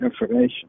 information